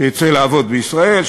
שיצא לעבוד בישראל,